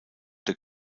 der